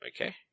Okay